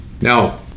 Now